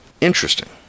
interesting